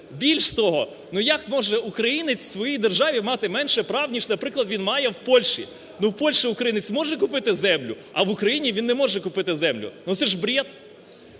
Більше того, ну, як може українець в своїй державі мати менше прав, ніж, наприклад, він має в Польщі? Ну, в Польщі українець може купити землю, а в Україні він не може купити землю. Ну це ж брєд!